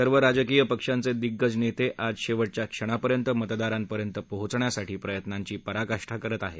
सर्व राजकीय पक्षांचे दिग्गज नेते आज शेवटच्या क्षणापर्यंत मतदारांपर्यंत पोहोचण्यासाठी प्रयत्नांची पराकाष्टा करत आहेत